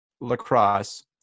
lacrosse